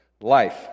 life